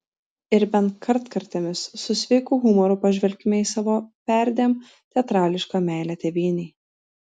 ir bent kartkartėmis su sveiku humoru pažvelkime į savo perdėm teatrališką meilę tėvynei